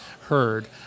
heard